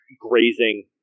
grazing